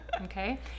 Okay